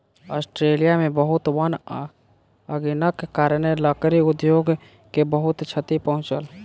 Australia में बहुत वन अग्निक कारणेँ, लकड़ी उद्योग के बहुत क्षति पहुँचल